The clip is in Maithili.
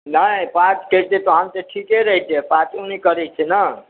नहि पाच करितै तखन तऽ ठीके रहितै पाचो नहि करैत छै ने